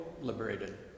liberated